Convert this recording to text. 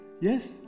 yes